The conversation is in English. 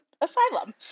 Asylum